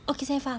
okay faham